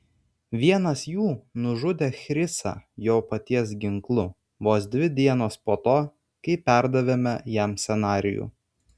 vienas jų nužudė chrisą jo paties ginklu vos dvi dienos po to kai perdavėme jam scenarijų